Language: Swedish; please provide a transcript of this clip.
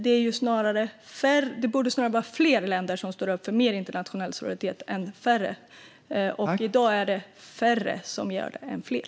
Det borde vara fler snarare än färre länder som står upp för mer internationell solidaritet, och i dag är det färre snarare än fler.